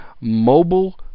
Mobile